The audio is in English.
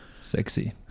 Sexy